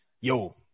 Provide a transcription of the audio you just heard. yo